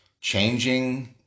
changing